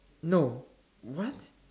no what